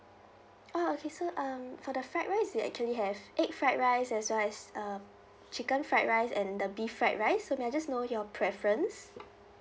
ah okay so um for the fried rice we actually have egg fried rice as well as um chicken fried rice and the beef fried rice so may I just know your preference